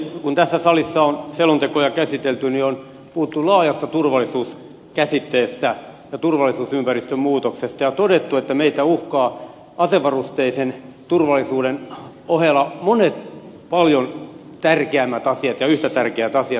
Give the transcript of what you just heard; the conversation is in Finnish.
kun tässä salissa on selontekoja käsitelty niin on puhuttu laajasta turvallisuuskäsitteestä ja turvallisuusympäristön muutoksesta ja todettu että meitä uhkaavat asevarusteisen turvallisuuden ohella monet paljon tärkeämmät asiat ja yhtä tärkeät asiat